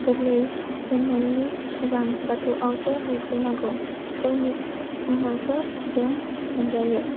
गोरलै होनायनि सिगां बाथौआवसो होग्रोनांगौ जायनि उनावसो जों मोनजायो